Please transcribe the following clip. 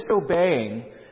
disobeying